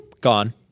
gone